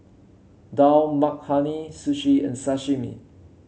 Dal Makhani Sushi and Sashimi